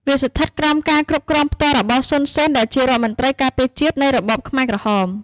វាស្ថិតក្រោមការគ្រប់គ្រងផ្ទាល់របស់ សុន សេន ដែលជារដ្ឋមន្រ្តីការពារជាតិ នៃរបបខ្មែរក្រហម។